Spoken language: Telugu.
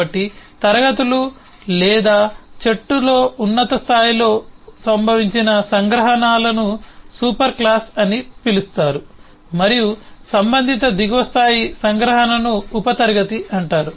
కాబట్టి క్లాస్ లు లేదా చెట్టులో ఉన్నత స్థాయిలో సంభవించిన సంగ్రహణలను సూపర్ క్లాస్ అని పిలుస్తారు మరియు సంబంధిత దిగువ స్థాయి సంగ్రహణను ఉప క్లాస్ అంటారు